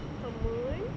for moon